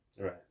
right